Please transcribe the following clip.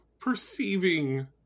perceiving